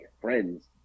friends